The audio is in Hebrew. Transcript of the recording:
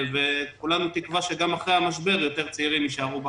כולנו תקווה שגם אחרי המשבר יותר צעירים יישארו בחקלאות.